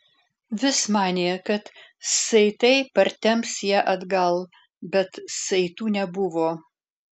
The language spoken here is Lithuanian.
vis manė kad saitai partemps ją atgal bet saitų nebuvo